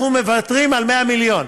אנחנו מוותרים על 100 מיליון.